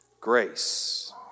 Grace